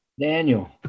Daniel